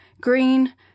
green